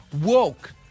woke